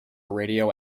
radio